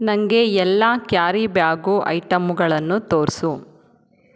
ನನಗೆ ಎಲ್ಲ carry bag ಐಟಂಗಳನ್ನು ತೋರಿಸು